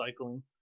recycling